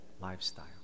lifestyle